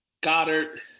Goddard